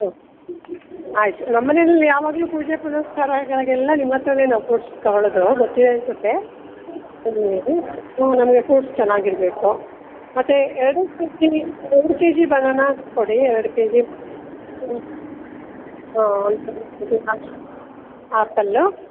ಹ್ಞೂ ಆಯಿತು ನಮ್ಮ ಮನೆಯಲ್ಲಿ ಯಾವಾಗಲೂ ಪೂಜೆ ಪುನಸ್ಕಾರಗಳಿಗೆಲ್ಲ ನಿಮ್ಮ ಹತ್ರವೇ ಫ್ರೂಟ್ಸ್ ತೊಗೊಕೊಳ್ಳೋದು ಗೊತ್ತಿದೆ ಅನಿಸತ್ತೆ ನಮಗೆ ಫ್ರೂಟ್ಸ್ ಚೆನ್ನಾಗಿರ್ಬೇಕು ಮತ್ತು ಎರಡೆರಡು ಕೆಜಿ ಎರಡು ಕೆಜಿ ಬನಾನಾ ಕೊಡಿ ಎರಡು ಕೆಜಿ ಹ್ಞೂ ಆ್ಯಪಲ್ಲು